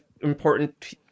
important